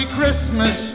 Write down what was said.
Christmas